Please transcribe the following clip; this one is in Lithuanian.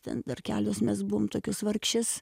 ten dar kelios mes buvom tokios vargšės